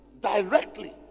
directly